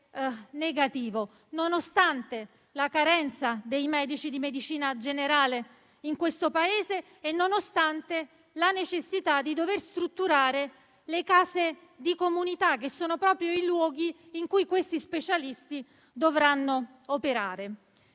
contrario, nonostante la carenza dei medici di medicina generale in questo Paese e la necessità di strutturare le case di comunità, che sono proprio i luoghi in cui questi specialisti dovranno operare.